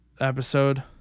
episode